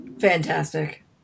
Fantastic